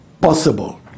possible